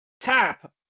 Tap